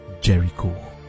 Jericho